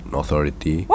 authority